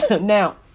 Now